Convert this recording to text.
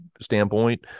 standpoint